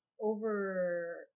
over